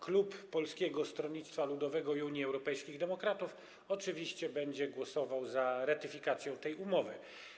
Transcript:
Klub Polskiego Stronnictwa Ludowego i Unii Europejskich Demokratów oczywiście będzie głosował za ratyfikacją tej umowy.